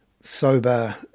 sober